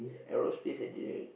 aerospace engineering